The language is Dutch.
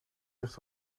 ligt